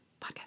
Podcast